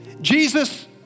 Jesus